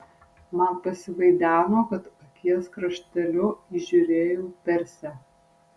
man pasivaideno kad akies krašteliu įžiūrėjau persę